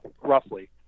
roughly